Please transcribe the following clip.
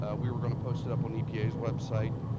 ah we were going to post it up on epa's website,